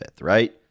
right